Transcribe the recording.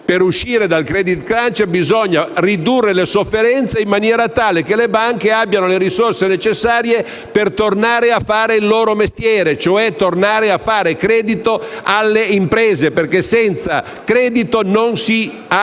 Per uscire dal *credit crunch* bisogna ridurre le sofferenze in maniera tale che le banche abbiano le risorse necessarie per tornare a fare il loro mestiere, cioè tornare a fare credito alle imprese, perché senza credito non si ha